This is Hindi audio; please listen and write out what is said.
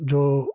जो